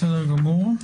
בסדר גמור.